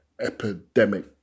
epidemic